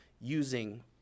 using